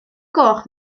goch